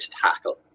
tackle